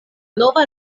nova